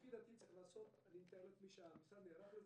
לפי דעתי צריך לעשות ואני מתאר לעצמי שהמשרד נערך לזה,